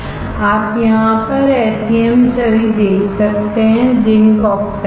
आप यहाँ पर SEM छवि देख सकते हैं जिंक ऑक्साइड की